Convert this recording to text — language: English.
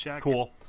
Cool